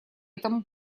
этому